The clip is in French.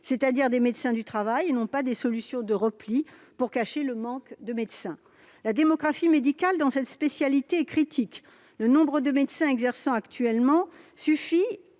c'est-à-dire des médecins du travail et non pas des solutions de repli pour cacher le manque d'effectifs. La démographie médicale dans cette spécialité a atteint un niveau critique. Le nombre de médecins exerçant actuellement suffit